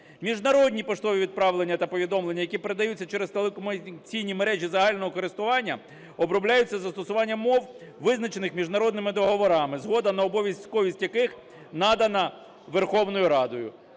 Міжнародні поштові відправлення та повідомлення, які передаються через телекомунікаційні мережі загального користування, обробляються застосуванням мов, визначених міжнародними договорами, згода на обов'язковість яких надана Верховною Радою".